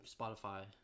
Spotify